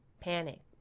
panic